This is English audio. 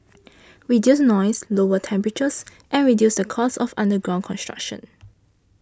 reduce noise lower temperatures and reduce the cost of underground construction